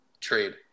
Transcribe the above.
Trade